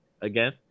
again